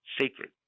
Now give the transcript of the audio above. sacred